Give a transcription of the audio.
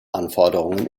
anforderungen